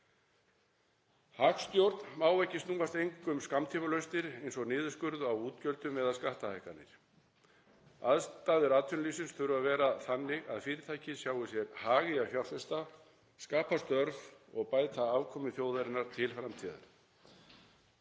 Hagstjórn má ekki snúast einkum um skammtímalausnir eins og niðurskurð á útgjöldum eða skattahækkanir. Aðstæður atvinnulífsins þurfa að vera þannig að fyrirtæki sjái sér hag í að fjárfesta, skapa störf og bæta afkomu þjóðarinnar til framtíðar.